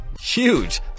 Huge